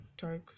dark